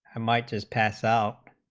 and might just pass out